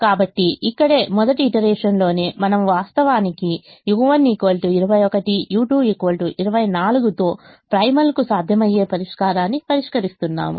కాబట్టి ఇక్కడే మొదటి ఈటరేషన్ లోనే మనం వాస్తవానికి u1 21 u2 24 తో ప్రైమల్కు సాధ్యమయ్యే పరిష్కారాన్ని పరిష్కరిస్తున్నాము